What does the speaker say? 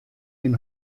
myn